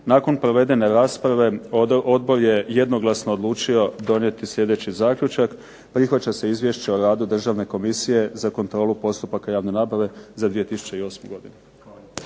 Nakon provedene rasprave odbor je jednoglasno odlučio donijeti sljedeći zaključak, prihvaća se Izvješće o radu Državne komisije za kontrolu postupaka javne nabave za 2008. godinu.